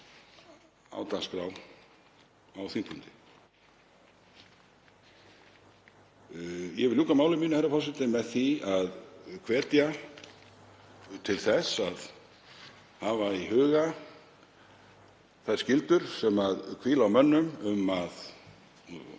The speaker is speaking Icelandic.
á dagskrá á þingfundi. Ég vil ljúka máli mínu, herra forseti, með því að hvetja til þess að hafa í huga þær skyldur sem hvíla á þingmönnum um að